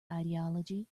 ideology